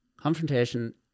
confrontation